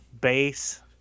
bass